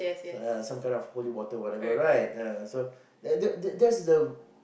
so yeah some kind of holy water whatever right so that that that's the